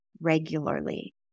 regularly